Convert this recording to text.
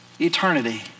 eternity